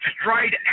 straight